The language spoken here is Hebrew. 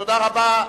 תודה רבה.